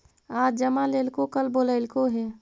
आज जमा लेलको कल बोलैलको हे?